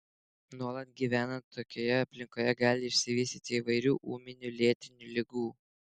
nuolat gyvenant tokioje aplinkoje gali išsivystyti įvairių ūminių lėtinių ligų